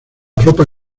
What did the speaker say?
ropa